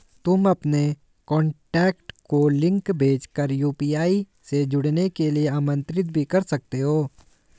तुम अपने कॉन्टैक्ट को लिंक भेज कर यू.पी.आई से जुड़ने के लिए आमंत्रित भी कर सकते हो